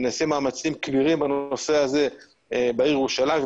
ונעשים מאמצים כבירים בנושא הזה בעיר ירושלים.